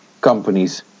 companies